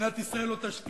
מדינת ישראל לא תשקיע,